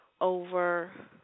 Over